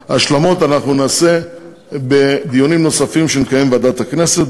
את ההשלמות אנחנו נעשה בדיונים נוספים שנקיים בוועדת הכנסת.